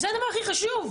זה הדבר הכי חשוב.